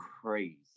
crazy